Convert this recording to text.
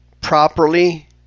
properly